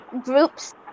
groups